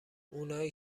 اونایی